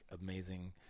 amazing